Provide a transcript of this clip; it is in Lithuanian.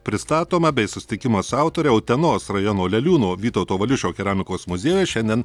pristatoma bei susitikimas su autore utenos rajono leliūnų vytauto valiušio keramikos muziejuj šiandien